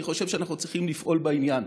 אני חושב שאנחנו צריכים לפעול בעניין.